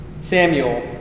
Samuel